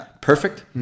perfect